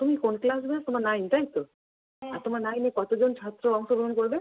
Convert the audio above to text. তুমি কোন ক্লাস গো তোমার নাইন তাই তো আর তোমার নাইনে কতোজন ছাত্র অংশগ্রহণ করবে